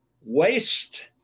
waste